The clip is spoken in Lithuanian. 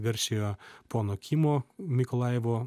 garsiojo pono kimo mykolajivo